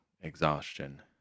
exhaustion